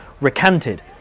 recanted